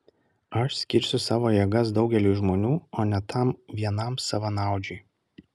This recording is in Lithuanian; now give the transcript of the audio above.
aš skirsiu savo jėgas daugeliui žmonių o ne tam vienam savanaudžiui